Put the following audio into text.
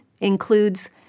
includes